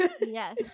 yes